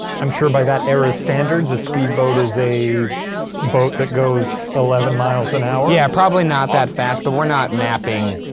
i'm sure by that era, standards of speedboat is a boat that goes eleven miles an hour. yeah, probably not that fast, but we're not mapping